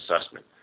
assessment